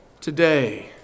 today